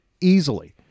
easily